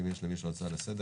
אם יש למישהו הצעה לסדר,